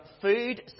food